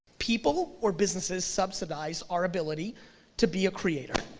people or businesses subsidize our ability to be a creator,